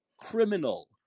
criminal